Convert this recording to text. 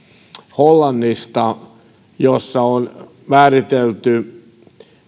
hollannista jossa on määritelty